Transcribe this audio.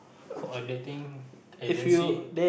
for a dating agency